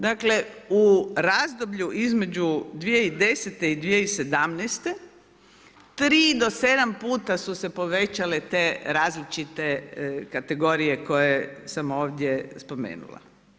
Dakle u razdoblju između 2010. i 2017., 3 do 7 puta su se povećale te različite kategorije sam ovdje spomenula.